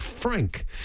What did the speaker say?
Frank